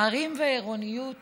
ערים ועירוניות